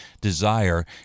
desire